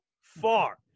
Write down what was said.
far